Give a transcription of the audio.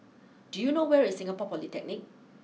do you know where is Singapore Polytechnic